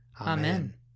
Amen